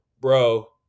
bro